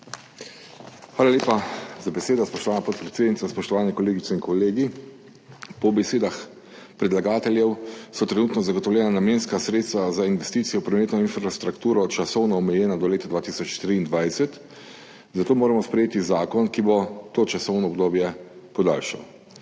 Hvala lepa za besedo, spoštovana podpredsednica. Spoštovane kolegice in kolegi! Po besedah predlagateljev so trenutno zagotovljena namenska sredstva za investicije v prometno infrastrukturo časovno omejena do leta 2023, zato moramo sprejeti zakon, ki bo to časovno obdobje podaljšal.